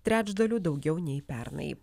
trečdaliu daugiau nei pernai